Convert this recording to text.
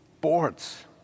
boards